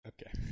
Okay